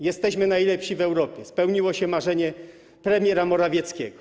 Jesteśmy najlepsi w Europie, spełniło się marzenie premiera Morawieckiego.